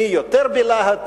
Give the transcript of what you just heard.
מי יותר בלהט,